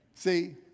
See